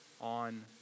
on